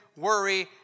worry